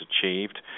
achieved